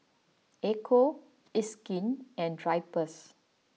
Ecco It's Skin and Drypers